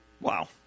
Wow